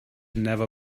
never